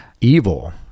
evil